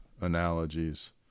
analogies